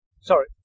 Sorry